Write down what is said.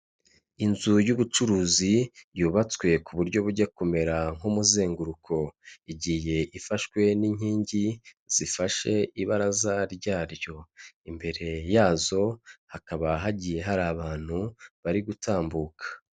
Inzu y'ubucuruzi yubatswe ku buryo bujya kumera nk'umuzenguruko, igiye ifashwe n'inkingi, zifashe ibaraza ryaryo, imbere yazo hakaba hagiye hari abantu bari gutambuka.